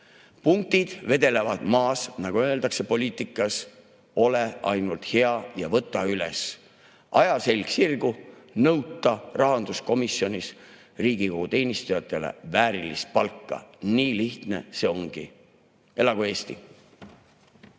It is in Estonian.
Punktid vedelevad maas, nagu öeldakse poliitikas, ole ainult hea ja võta üles. Aja selg sirgu, nõuta rahanduskomisjonis Riigikogu teenistujatele väärilist palka! Nii lihtne see ongi. Elagu Eesti!